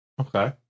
Okay